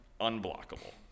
unblockable